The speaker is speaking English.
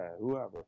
whoever